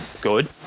good